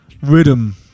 rhythm